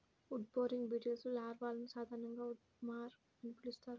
wood boring బీటిల్స్లో లార్వాలను సాధారణంగా ఉడ్వార్మ్ అని పిలుస్తారు